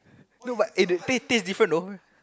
no but eh the the taste taste different though